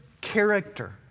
character